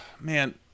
Man